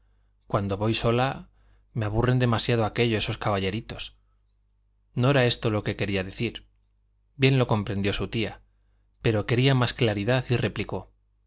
cuando voy sola me aburren demasiado aquellos caballeritos no era esto lo que quería decir bien lo comprendió su tía pero quería más claridad y replicó